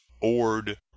ord